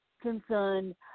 concerned